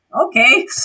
okay